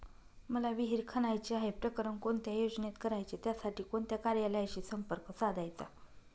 मला विहिर खणायची आहे, प्रकरण कोणत्या योजनेत करायचे त्यासाठी कोणत्या कार्यालयाशी संपर्क साधायचा?